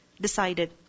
decided